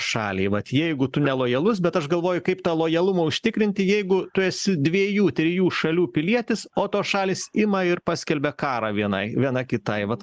šaliai vat jeigu tu nelojalus bet aš galvoju kaip tą lojalumą užtikrinti jeigu tu esi dviejų trijų šalių pilietis o tos šalys ima ir paskelbia karą vienai viena kitai vat